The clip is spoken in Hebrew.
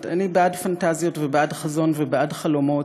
אני בעד פנטזיות ובעד חזון ובעד חלומות,